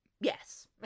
Yes